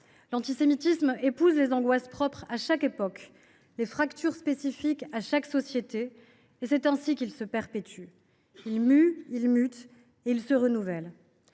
L’antisémitisme épouse les angoisses propres à chaque époque, les fractures spécifiques à chaque société, et c’est ainsi qu’il se perpétue. Il mue, mute et se renouvelle.